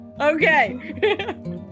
Okay